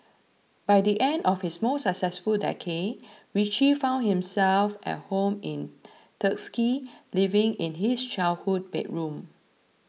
by the end of his most successful decade Richie found himself at home in Tuskegee living in his childhood bedroom